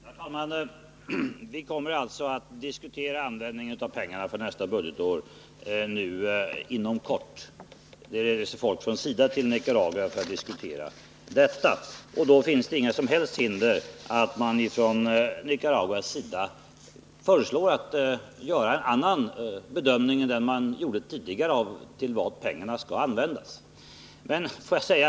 Herr talman! Vi kommer alltså att inom kort diskutera användningen av pengarna för nästa budgetår. Personal från SIDA skall resa till Nicaragua för att diskutera frågan. Därför finns det inget som helst hinder att Nicaragua, när det gäller användningen av pengarna, gör en annan bedömning än den som gjordes tidigare.